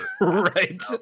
Right